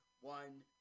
one